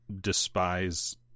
despise